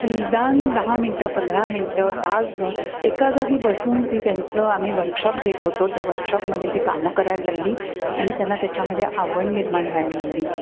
ती निदान दहा मिनटं पंधरा मिनटं तासभर एका जागी बसून ती त्यांचं आम्ही वर्कशॉप घेत होतो त्या वर्कशॉपमध्ये ती कामं करायला लागली आणि त्यांना त्याच्यामध्ये आवड निर्माण व्हायला लागली